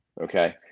okay